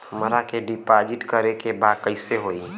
हमरा के डिपाजिट करे के बा कईसे होई?